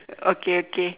okay okay